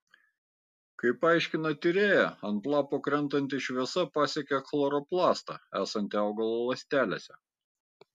kaip aiškina tyrėja ant lapo krentanti šviesa pasiekia chloroplastą esantį augalo ląstelėse